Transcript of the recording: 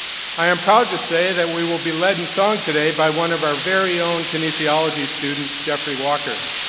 i am proud to say that we will be led in song today by one of our very own kinesiology students, jeffrey walker.